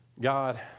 God